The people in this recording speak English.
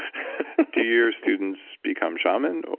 do you students become shaman?